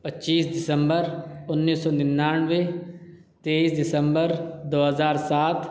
پچیس دسمبر انّیس سو ننانوے تیئیس دسمبر دو ہزار سات